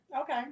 Okay